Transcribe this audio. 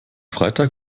freitag